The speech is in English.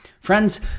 Friends